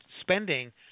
spending